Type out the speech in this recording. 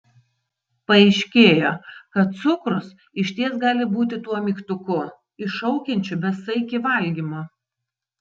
paaiškėjo kad cukrus išties gali būti tuo mygtuku iššaukiančiu besaikį valgymą